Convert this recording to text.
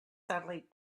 satellite